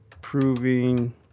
proving